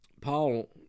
Paul